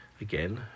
again